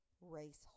race